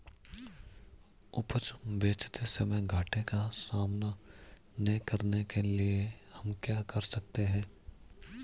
उपज बेचते समय घाटे का सामना न करने के लिए हम क्या कर सकते हैं?